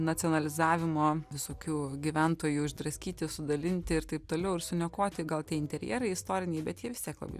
nacionalizavimo visokių gyventojų išdraskyti sudalinti ir taip toliau ir suniokoti gal tie interjerai istoriniai bet jie vis tiek labai